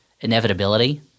inevitability